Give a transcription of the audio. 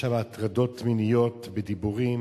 יש שם הטרדות מיניות בדיבורים,